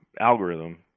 algorithm